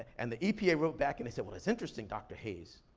and the epa wrote back, and they said, well that's interesting dr. hayes.